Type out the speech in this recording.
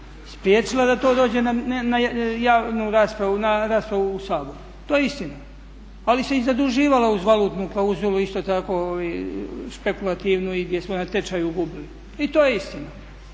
spriječila da to dođe na javnu raspravu, na raspravu u Saboru. To je istina. Ali se i zaduživala uz valutnu klauzulu isto tako i špekulativno i gdje smo na tečaju gubili. I to je istina,